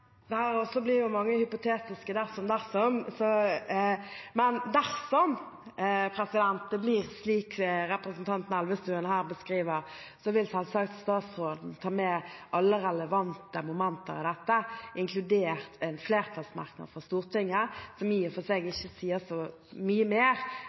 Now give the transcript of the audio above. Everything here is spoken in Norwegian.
også mange hypotetiske «dersom, dersom»-problemstillinger, men dersom det blir slik representanten Elvestuen her beskriver, vil jeg selvsagt ta med alle relevante momenter i dette, inkludert en flertallsmerknad fra Stortinget, som i og for seg ikke sier så mye mer